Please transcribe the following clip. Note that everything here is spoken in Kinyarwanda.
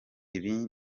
ibi